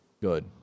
Good